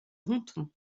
ronthon